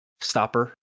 stopper